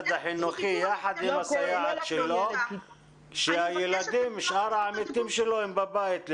החינוכי יחד עם הסייעת שלו כששאר העמיתים שלו הם בבית.